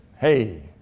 hey